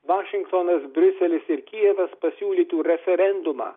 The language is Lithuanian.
vašingtonas briuselis ir kijevas pasiūlytų referendumą